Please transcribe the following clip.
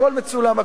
פרוטוקול מצולם.